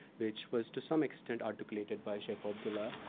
which was to some extent articulated by sheik ah abdullah,